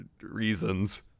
reasons